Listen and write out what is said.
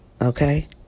Okay